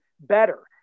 better